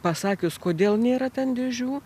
pasakius kodėl nėra ten dėžių